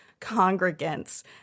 congregants